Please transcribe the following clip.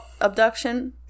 abduction